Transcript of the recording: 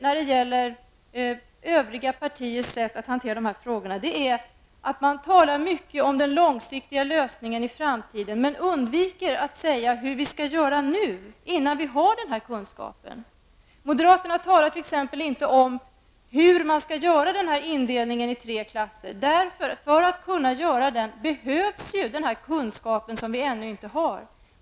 När det gäller övriga partiers sätt att hantera dessa frågor är det beklagligt att man talar mycket om den långsiktiga lösningen i framtiden men undviker att säga hur vi skall göra nu innan vi har kunskapen. Moderaterna talar t.ex. inte om hur man skall göra indelningen i tre klasser. För att göra den indelningen behövs ju en kunskap som vi ännu inte har.